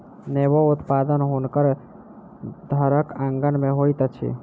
नेबो उत्पादन हुनकर घरक आँगन में होइत अछि